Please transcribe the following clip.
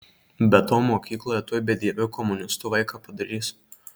be to mokykloje tuoj bedieviu komunistu vaiką padarys